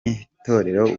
itorero